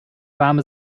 warme